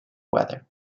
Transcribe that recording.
weather